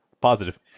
positive